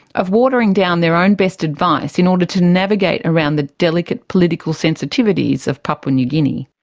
of watering down their own best advice in order to navigate around the delicate political sensitivities of papua new guinea.